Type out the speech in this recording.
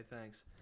thanks